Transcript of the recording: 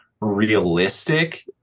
realistic